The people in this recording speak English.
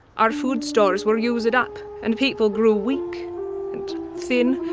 our food stores were used up and people grew weak and thin,